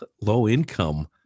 low-income